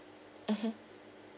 mmhmm